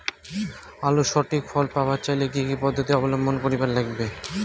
আলুর সঠিক ফলন পাবার চাইলে কি কি পদ্ধতি অবলম্বন করিবার লাগবে?